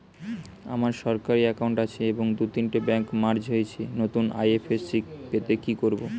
আমার সরকারি একাউন্ট আছে এবং দু তিনটে ব্যাংক মার্জ হয়েছে, নতুন আই.এফ.এস.সি পেতে কি করব?